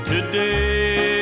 Today